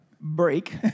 break